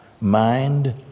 Mind